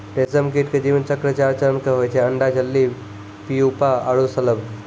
रेशम कीट के जीवन चक्र चार चरण के होय छै अंडा, इल्ली, प्यूपा आरो शलभ